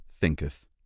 Thinketh